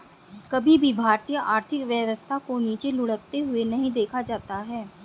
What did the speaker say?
कभी भी भारतीय आर्थिक व्यवस्था को नीचे लुढ़कते हुए नहीं देखा जाता है